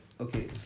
Okay